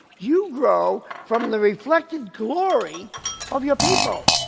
you grow from the reflected glory of your people.